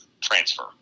transfer